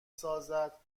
سازد